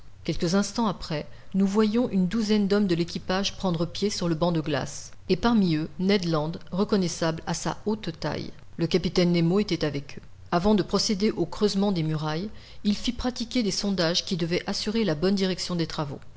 quelques instants après nous voyions une douzaine d'hommes de l'équipage prendre pied sur le banc de glace et parmi eux ned land reconnaissable à sa haute taille le capitaine nemo était avec eux avant de procéder au creusement des murailles il fit pratiquer des sondages qui devaient assurer la bonne direction des travaux